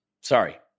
Sorry